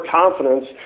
confidence